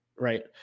Right